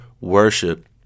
worship